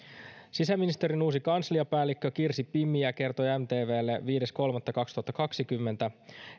sisäministeriön uusi kansliapäällikkö kirsi pimiä kertoi mtvlle viides kolmatta kaksituhattakaksikymmentä